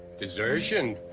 desertion?